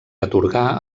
atorgà